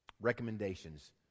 recommendations